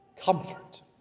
Comfort